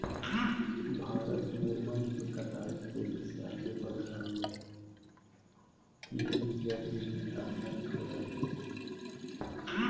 भारत में वन के कटाई तेजी से आगे बढ़ रहल हई, कीमती जैव विविधता नष्ट हो रहल हई